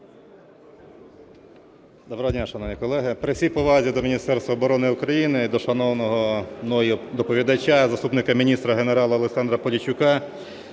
Доброго дня, шановні колеги! При всій повазі до Міністерства оборони України, до шанованого мною доповідача, заступника міністра генерала Олександра Поліщука,